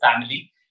family